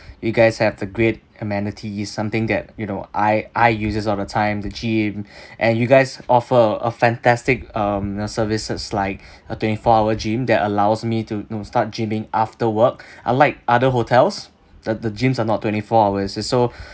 you guys have the great amenities something that you know I I uses all the time the gym and you guys offer a a fantastic um services like a twenty four hour gym that allows me to know start gyming after work unlike other hotels the the gyms are not twenty four hours is so